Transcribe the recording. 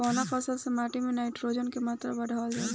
कवना फसल से माटी में नाइट्रोजन के मात्रा बढ़ावल जाला?